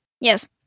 Yes